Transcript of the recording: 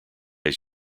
his